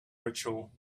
ritual